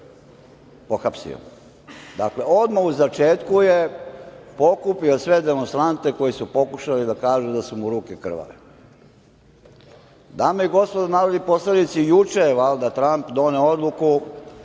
pohapsio. Dakle, odmah u začetku je pokupio sve demonstrante koji su pokušali da kažu da su mu ruke krvave. Dame i gospodo narodni poslanici, juče je valjda Tramp doneo odluku